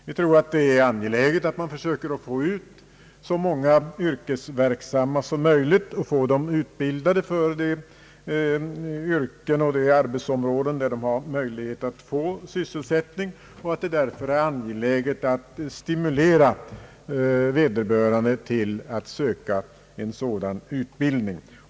Vi tror att det är angeläget att man försöker få ut så många yrkes verksamma som möjligt på arbetsmarknaden och få dem utbildade för de yrken och arbetsområden där de har möjlighet att få sysselsättning. Det är därför angeläget att stimulera vederbörande till att skaffa sig sådan utbildning.